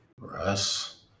Russ